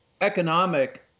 economic